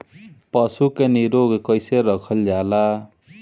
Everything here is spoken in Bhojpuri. पशु के निरोग कईसे रखल जाला?